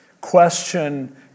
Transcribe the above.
Question